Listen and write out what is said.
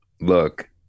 Look